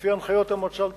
לפי הנחיות המועצה לתכנון,